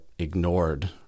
ignored